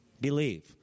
Believe